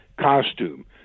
costume